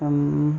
पण